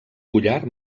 collar